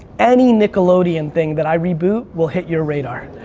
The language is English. any nickelodeon thing that i reboot will hit your radar.